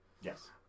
Yes